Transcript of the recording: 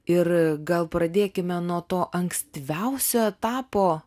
ir gal pradėkime nuo to ankstyviausio etapo